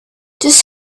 just